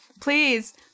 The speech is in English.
Please